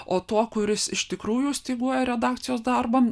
o tuo kuris iš tikrųjų styguoja redakcijos darbą